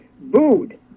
booed